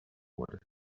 what